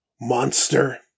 monster